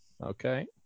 Okay